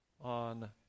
on